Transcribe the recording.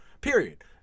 period